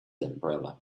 umbrella